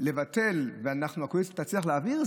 לבטל והקואליציה תצליח להעביר,